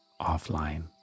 offline